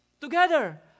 together